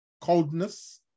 coldness